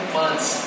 months